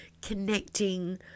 connecting